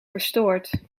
verstoord